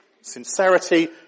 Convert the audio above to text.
Sincerity